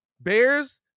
Bears